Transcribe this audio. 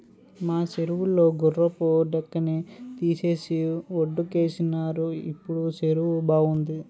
మా సెరువు లో గుర్రపు డెక్కని తీసేసి వొడ్డుకేసినారు ఇప్పుడు సెరువు బావుంది